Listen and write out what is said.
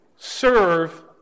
serve